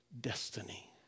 destiny